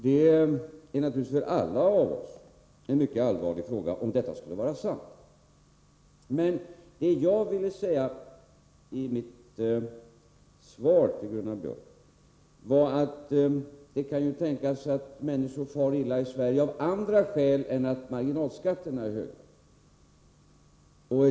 Det är naturligtvis en mycket allvarlig fråga för oss alla om detta skulle vara sant. Men det jag ville säga med mitt svar till Gunnar Biörck var att det kan tänkas att människor far illa i Sverige av andra skäl än att marginalskatterna är höga.